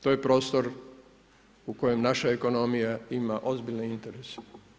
To je prostor u kojem naša ekonomija ima ozbiljne interese.